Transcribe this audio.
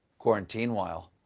quarantine-while,